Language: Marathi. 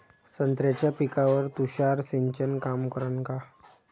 संत्र्याच्या पिकावर तुषार सिंचन काम करन का?